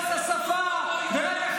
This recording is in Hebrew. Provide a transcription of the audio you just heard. יבגני,